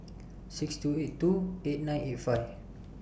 six two eight two eight nine eight five